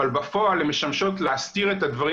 אבל בפועל הן משמשות להסתיר את הדברים